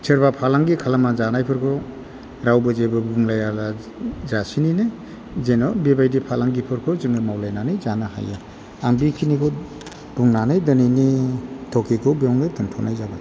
सोरबा फालांगि खालामना जानायफोरखौ रावबो जेबो बुंलायालासिनो जेन बेबायदि फालांगिफोरखौ जोङो मावलायनानै जानो हायो आं बेखिनिखौ बुंनानै दिनैनि टपिकखौ बेयावनो दोन्थ'नाय जाबाय